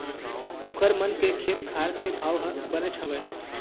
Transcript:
ओखर मन के खेत खार के भाव ह बनेच हवय